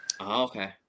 Okay